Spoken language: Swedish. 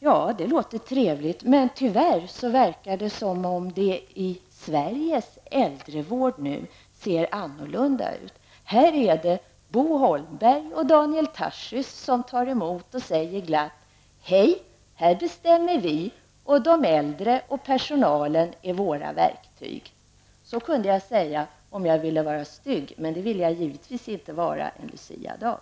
Ja, det låter trevligt. Men tyvärr verkar det som om det i Sveriges äldrevård kommer att se annorlunda ut. Här är det Bo Holmberg och Daniel Tarschys som tar emot och glatt säger: Hej! Här bestämmer vi, och de äldre och personalen är våra verktyg. -- Så kunde jag säga om jag ville vara stygg, men det vill jag givetvis inte vara en Luciadag.